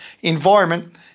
environment